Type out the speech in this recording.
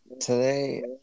today